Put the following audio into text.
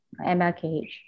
MLKH